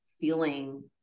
feeling